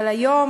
אבל היום,